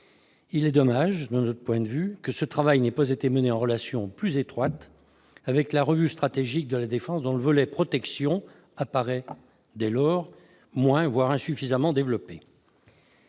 Il est dommage, de notre point de vue, que ce travail n'ait pas été mené en relation plus étroite avec l'élaboration de la revue stratégique de défense, dont le volet « protection » apparaît dès lors moins, voire insuffisamment développé.